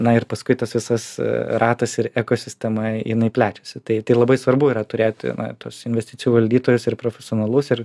na ir paskui tas visas ratas ir ekosistema jinai plečiasi tai tai labai svarbu yra turėti na tuos investicijų valdytojus ir profesionalus ir